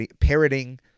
parroting